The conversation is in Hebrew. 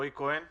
רועי כהן מחובר?